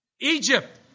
Egypt